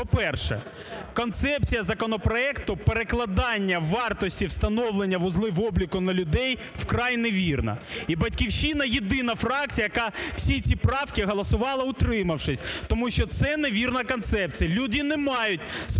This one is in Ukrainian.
По-перше, концепція законопроекту перекладання вартості встановлення вузлів обліку на людей, вкрай невірна. І "Батьківщина" єдина фракція, яка всі ці правки голосувала утримавшись, тому що це невірна концепція. Люди не мають сплачувати